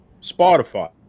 Spotify